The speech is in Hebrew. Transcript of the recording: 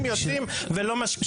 יושבים ולא משקיעים.